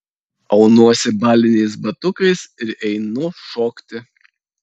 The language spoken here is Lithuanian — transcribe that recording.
aunuosi baliniais batukais ir einu šokti